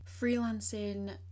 freelancing